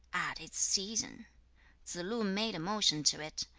at its season tsze-lu made a motion to it.